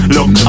Look